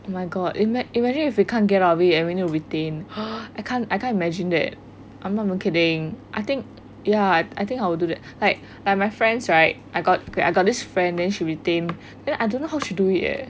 oh my god imagine if we can't get out of it and we need to retain I can't I can't imagine that I'm not even kidding I think ya I think I will do that like like my friends right I got okay I got this friend then she retain then I don't know how she do it eh